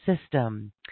system